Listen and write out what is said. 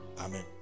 amen